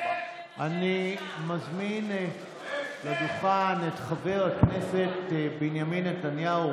אני מזמין את חבר הכנסת בנימין נתניהו,